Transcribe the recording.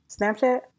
Snapchat